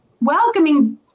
welcoming